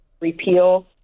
repeal